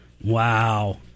Wow